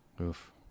Oof